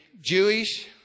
Jewish